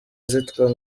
zitwa